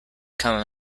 come